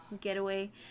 getaway